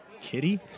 kitty